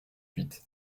huit